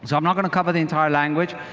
so i'm not going to cover the entire language.